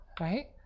right